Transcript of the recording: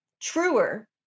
truer